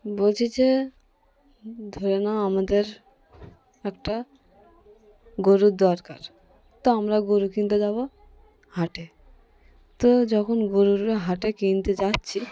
বলছি যে ধরে নাও আমাদের একটা গরুর দরকার তো আমরা গরু কিনতে যাব হাটে তো যখন গরুর হাটে কিনতে যাচ্ছি